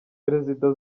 perezida